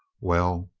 well?